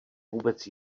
vůbec